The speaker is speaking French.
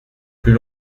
plus